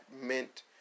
meant